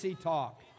talk